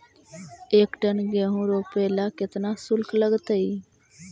एक टन गेहूं रोपेला केतना शुल्क लगतई?